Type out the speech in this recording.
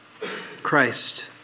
Christ